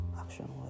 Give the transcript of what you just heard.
action